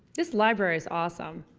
this library is awesome!